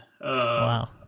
Wow